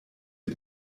wie